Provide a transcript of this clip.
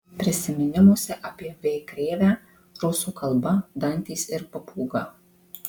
prisiminimuose apie v krėvę rusų kalba dantys ir papūga